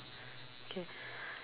okay